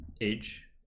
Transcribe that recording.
Age